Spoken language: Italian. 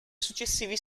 successivi